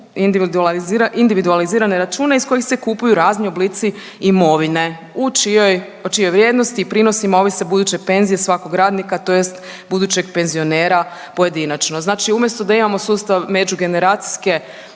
individualizirane račune iz kojih se kupuju razni oblici imovine u čijoj, o čijoj vrijednosti i prinosima ovise buduće penzije svakog radnika tj. budućeg penzionera pojedinačno. Znači umjesto da imamo sustav međugeneracijske